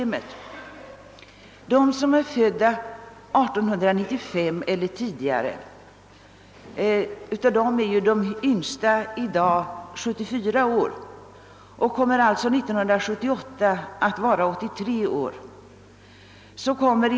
Av dem som är födda 1895 eler tidigare är de yngsta i dag 74 år och kommer alltså 1978 att vara 83 år.